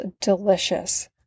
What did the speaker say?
delicious